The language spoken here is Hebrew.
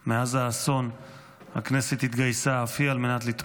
מאז האסון הכנסת התגייסה אף היא על מנת לתמוך